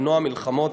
למנוע מלחמות.